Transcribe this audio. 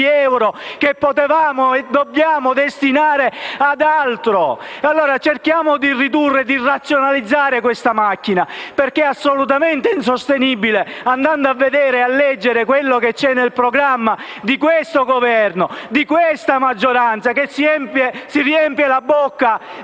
euro che potevamo e dovevamo destinare ad altro. Cerchiamo di ridurre e razionalizzazione questa macchina, perché è assolutamente insostenibile. Andiamo a leggere il programma di questo Governo e di questa maggioranza, che si riempiono la bocca